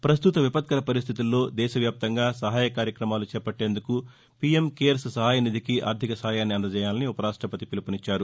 పస్తుత విపత్కర పరిస్థితుల్లో దేశవ్యాప్తంగా సహాయ కార్యక్రమాలు చేపట్టేందుకు పీఎం కేర్స్ సహాయ నిధికి ఆర్గిక సహాయాన్ని అందజేయాలని ఉపరాష్టపతి పిలుపునిచ్చారు